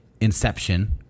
Inception